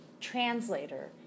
translator